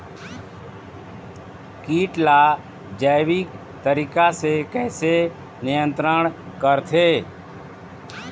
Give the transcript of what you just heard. कीट ला जैविक तरीका से कैसे नियंत्रण करथे?